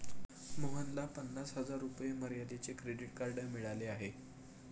मोहनला पन्नास हजार रुपये मर्यादेचे क्रेडिट कार्ड मिळाले आहे